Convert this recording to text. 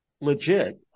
legit